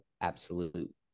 absolute